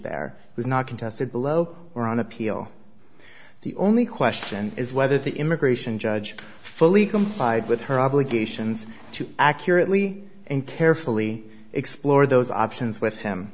there was not contested below or on appeal the only question is whether the immigration judge fully complied with her obligations to accurately and carefully explore those options with him